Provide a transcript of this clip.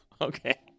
Okay